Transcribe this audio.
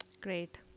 Great